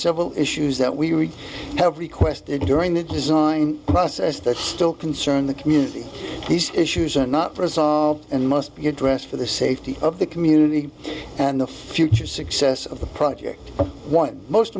several issues that we have requested during the design process that still concern the community these issues are not present and must be addressed for the safety of the community and the future success of the project one most